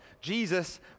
Jesus